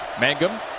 Mangum